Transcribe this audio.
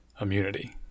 immunity